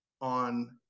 on